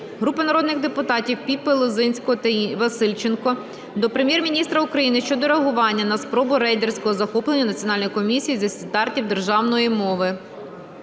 Групи народних депутатів (Піпи, Лозинського, Васильченко) до Прем'єр-міністра України щодо реагування на спробу рейдерського захоплення Національної комісії зі стандартів державної мови.